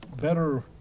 better